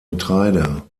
getreide